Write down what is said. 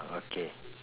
ah okay